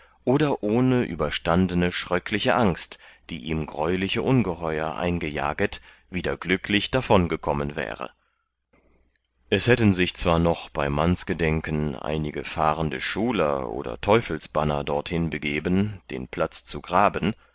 oder ohne überstandne schröckliche angst die ihm greuliche ungeheur eingejaget wieder glücklich darvon kommen wäre es hätten sich zwar noch bei mannsgedenken einige fahrende schuler oder teufelsbanner dorthin begeben den platz zu graben